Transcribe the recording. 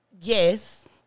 Yes